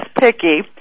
picky